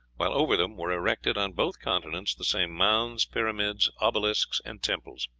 while over them were erected, on both continents, the same mounds, pyramids, obelisks, and temples.